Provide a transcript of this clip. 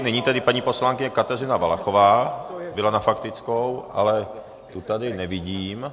Nyní tedy paní poslankyně Kateřina Valachová, byla na faktickou, ale tu tady nevidím.